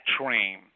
train